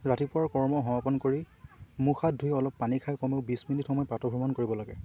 ৰাতিপুৱাৰ কৰ্ম সমাপন কৰি মুখ হাত ধুই অলপ পানী খাই কমেও বিশ মিনিট সময় প্ৰাতঃভ্ৰমণ কৰিব লাগে